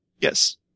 Yes